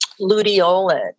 luteolin